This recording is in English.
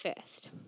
first